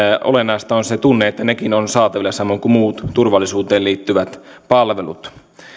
olennaista on se tunne että nekin ovat saatavilla samoin kuin muut turvallisuuteen liittyvät palvelut